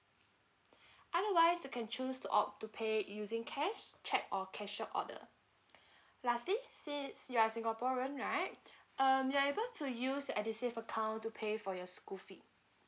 otherwise you can choose to opt to pay using cash cheque or cashier order lastly since you are singaporean right um you are able to use edusave account to pay for your school fee